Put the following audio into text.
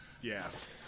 yes